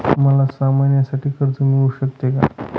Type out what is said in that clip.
मला सहा महिन्यांसाठी कर्ज मिळू शकते का?